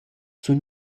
sun